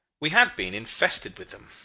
we had been infested with them.